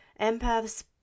empaths